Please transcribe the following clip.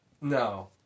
No